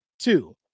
Two